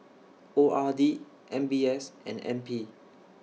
O R D M B S and N P